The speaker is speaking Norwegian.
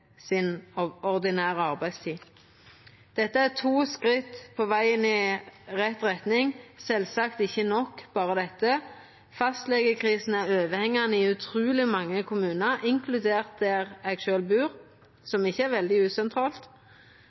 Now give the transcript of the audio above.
Dette er to skritt på veg i rett retning, men berre dette er sjølvsagt ikkje nok. Fastlegekrisen er overhangande i utruleg mange kommunar, inkludert der eg sjølv bur, som ikkje er veldig usentralt.